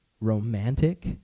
romantic